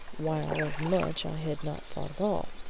while of much i had not thought at all.